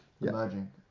emerging